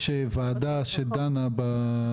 יש ועדה שדנה.